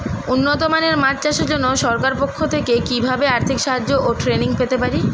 উন্নত মানের মাছ চাষের জন্য সরকার পক্ষ থেকে কিভাবে আর্থিক সাহায্য ও ট্রেনিং পেতে পারি?